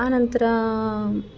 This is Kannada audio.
ಆನಂತರ